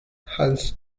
has